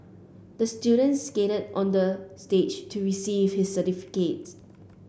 the student skated on the stage to receive his certificate